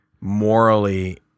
morally